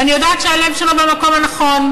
ואני יודעת שהלב שלו במקום הנכון,